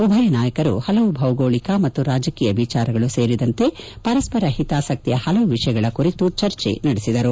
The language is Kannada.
ಉಭಯ ನಾಯಕರು ಹಲವು ಭೌಗೋಳಿಕ ಮತ್ತು ರಾಜಕೀಯ ವಿಚಾರಗಳು ಸೇರಿದಂತೆ ಪರಸ್ಸರ ಹಿತಾಸಕ್ತಿಯ ಹಲವು ವಿಷಯಗಳ ಕುರಿತು ಚರ್ಚೆ ನಡೆಸಿದರು